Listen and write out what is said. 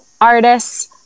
artists